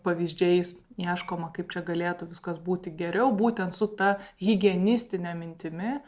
pavyzdžiais ieškoma kaip čia galėtų viskas būti geriau būtent su ta higienistine mintimi